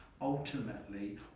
ultimately